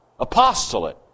apostolate